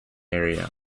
area